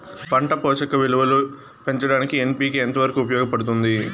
పంట పోషక విలువలు పెంచడానికి ఎన్.పి.కె ఎంత వరకు ఉపయోగపడుతుంది